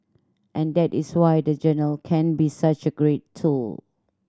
and that is why the journal can be such a great tool